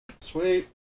Sweet